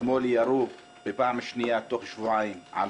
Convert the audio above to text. אתמול ירו בפעם השנייה תוך שבועיים על